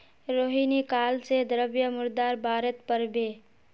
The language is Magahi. रोहिणी काल से द्रव्य मुद्रार बारेत पढ़बे